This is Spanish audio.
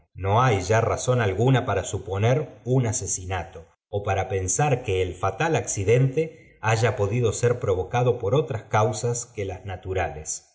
no hay ya razón aj una para suponer un ase nato ó para pensar que el fatal accidente haya be r provocado por otras causas que las na